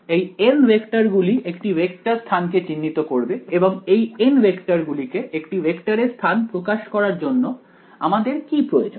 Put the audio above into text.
এই N vector গুলি একটি ভেক্টর স্থান কে চিহ্নিত করবে এবং এই n ভেক্টর গুলিকে একটি ভেক্টরের স্থান প্রকাশ করার জন্য আমাদের কি প্রয়োজন